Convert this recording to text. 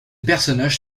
personnages